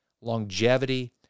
longevity